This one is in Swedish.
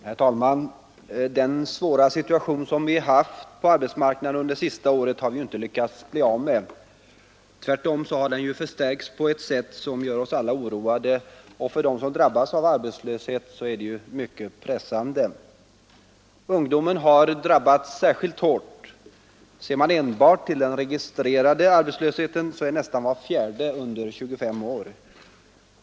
Herr talman! Den svåra situation som vi har haft på arbetsmarknaden under det senaste året har vi inte lyckats bemästra. Tvärtom har den försämrats på ett sätt som gör oss alla oroade, och för dem som drabbas av arbetslöshet är situationen mycket pressande. Ungdomen har drabbats särskilt hårt. Ser man enbart till den registrerade arbetslösheten finner man att nästan var fjärde arbetslös är under 25 år.